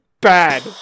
bad